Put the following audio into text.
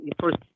first